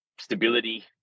Stability